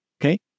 Okay